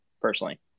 personally